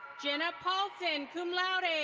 jenna paultin, cum laude.